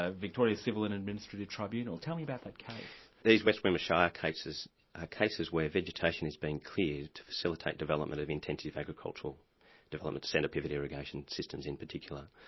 ah victoria's civil and administrative tribunal tell me about that case. these west wimmera shire cases are cases where vegetation is being cleared to facilitate development of intensive agricultural developments centre-pivot irrigation systems in particular.